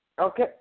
Okay